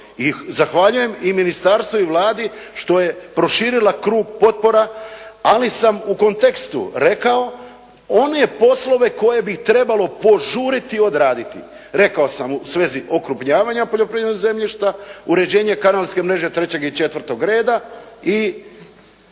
i zahvaljujem i ministarstvu i Vladi što je proširila krug potpora, ali sam u kontekstu rekao one poslove koje bi trebalo požuriti odraditi. Rekao sam u svezi okrupnjavanja poljoprivrednog zemljišta, uređenje … /Govornik se ne razumije./